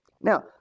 Now